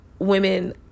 women